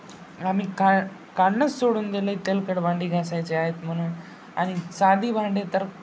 आम्ही काय काढणंच सोडून दिलं आहे तेलकट भांडी घासायचे आहेत म्हणून आणि साधी भांडे तर